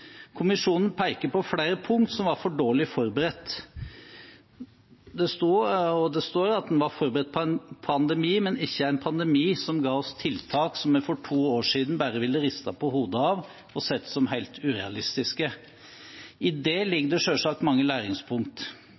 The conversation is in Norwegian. Kommisjonen peker på flere punkter som var for dårlig forberedt. Det står at man var forberedt på en pandemi, men ikke en pandemi som ga oss tiltak som vi for to år siden bare ville ristet på hodet av og sett som helt urealistiske. I det ligger det selvsagt mange